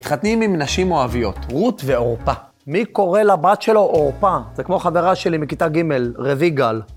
מתחתנים עם נשים מואביות, רות ועורפה. מי קורא לבת שלו עורפה? זה כמו חברה שלי מכיתה ג', רביגל